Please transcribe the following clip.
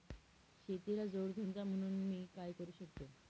शेतीला जोड धंदा म्हणून मी काय करु शकतो?